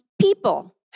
people